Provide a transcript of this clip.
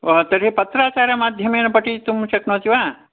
ओहो तर्हि पत्राचारमाध्यमेन पठितुं शक्नोति वा